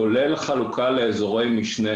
כולל חלוקה לאזורי משנה,